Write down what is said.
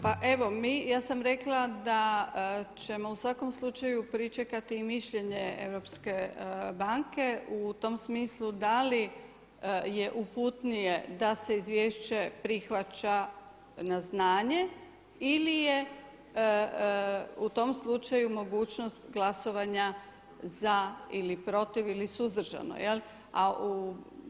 Pa evo mi, ja sam rekla da ćemo u svakom slučaju pričekati i mišljenje Europske banke u tom smislu da li je uputnije da se izvješće prihvaća na znanje ili je u tom slučaju mogućnost glasovanja za ili protiv ili suzdržano, jel.